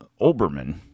Olbermann